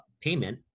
payment